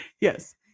Yes